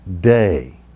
day